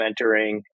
mentoring